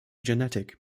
genetic